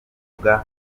mbuga